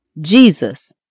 Jesus